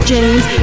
James